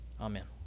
Amen